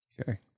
Okay